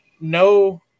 no